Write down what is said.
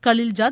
கலில்ஜாத்